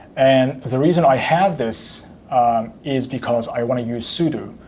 and the reason i have this is because i want to use sudo,